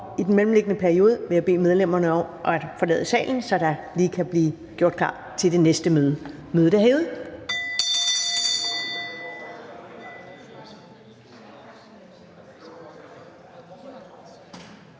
i det mellemliggende tidsrum at forlade salen, så der lige kan blive gjort klar til det næste møde. Mødet er hævet.